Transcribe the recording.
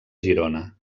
girona